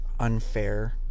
unfair